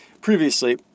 previously